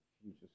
Future